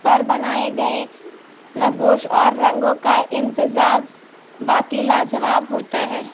پر بنائے گئے نگوش اور رنگوں کا امتزاز واقی لاجواب ہوتا ہے